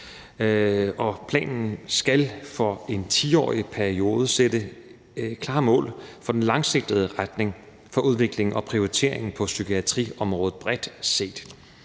Planen skal for en 10-årig periode sætte klare mål for den langsigtede retning for udviklingen og prioriteringen på psykiatriområdet bredt set.